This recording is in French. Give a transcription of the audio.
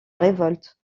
révolte